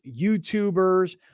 YouTubers